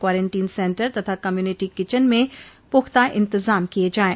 quarantine centre तथा community kitchen में पूख्ता इंतजाम किये जाये